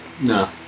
No